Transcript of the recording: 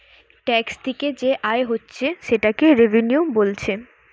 tax থিকে যে আয় হচ্ছে সেটাকে রেভিনিউ বোলছে